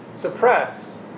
suppress